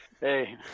Hey